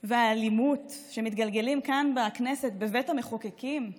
והאלימות שמתגלגלים כאן בכנסת, בבית המחוקקים,